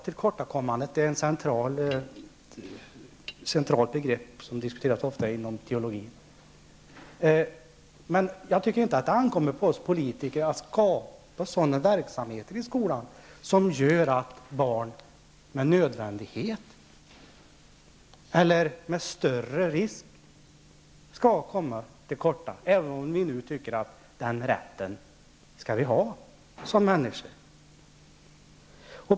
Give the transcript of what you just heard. Tillkortakommandet är ett centralt begrepp som ofta diskuteras inom teologin. Men jag tycker inte att det ankommer på oss politiker att skapa sådana verksamheter i skolan, som gör att barn med större risk skall komma till korta, även om vi nu tycker att man skall ha den rätten som människa.